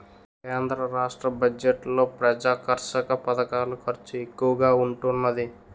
కేంద్ర రాష్ట్ర బడ్జెట్లలో ప్రజాకర్షక పధకాల ఖర్చు ఎక్కువగా ఉంటున్నాది